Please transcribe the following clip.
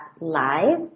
live